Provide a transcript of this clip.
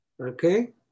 Okay